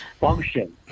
function